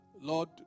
Lord